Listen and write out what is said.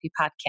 Podcast